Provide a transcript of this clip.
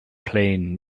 plain